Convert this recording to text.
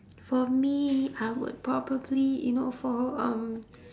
for me I would probably you know for um